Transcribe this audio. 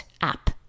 app